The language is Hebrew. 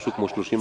משהו כמו 30%,